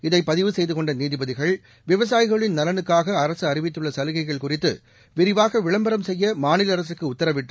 இதை பதிவு செய்துகொண்ட நீதிபதிகள் விவசாயிகளின் நலனுக்காக அரசு அறிவித்துள்ள சலுகைகள் குறித்து விரிவாக விளம்பரம் செய்ய மாநில அரசுக்கு உத்தரவிட்டு